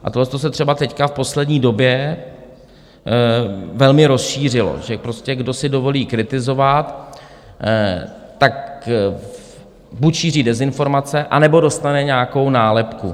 A tohleto se třeba teď v poslední době velmi rozšířilo, že prostě kdo si dovolí kritizovat, tak buď šíří dezinformace, anebo dostane nějakou nálepku.